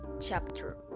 chapter